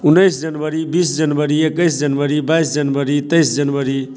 उन्नैस जनवरी बीस जनवरी एकैस जनवरी बाइस जनवरी तेइस जनवरी